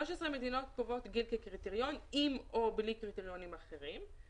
13 מדינות קובעות גיל כקריטריון עם או בלי קריטריונים אחרים,